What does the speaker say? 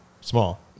small